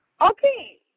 Okay